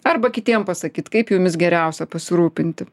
arba kitiem pasakyt kaip jumis geriausia pasirūpinti